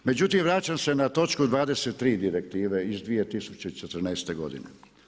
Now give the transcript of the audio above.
Međutim, vraćam se na točku 23. direktive iz 2014. godine.